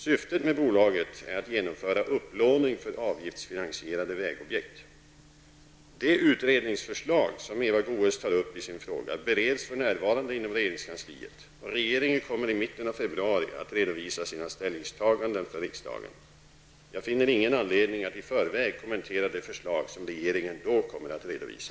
Syftet med bolaget är att genomföra upplåning för avgiftsfinansierade vägobjekt. De utredningsförslag som Eva Goe s tar upp i sin fråga bereds för närvarande inom regeringskansliet, och regeringen kommer i mitten av februari att redovisa sina ställningstaganden för riksdagen. Jag finner ingen anledning att i förväg kommentera de förslag som regeringen då kommer att redovisa.